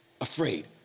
afraid